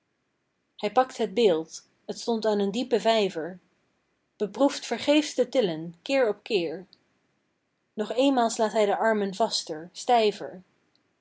hij pakt het beeld t stond aan een diepen vijver beproeft vergeefs te tillen keer op keer nog eenmaal slaat hij de armen vaster stijver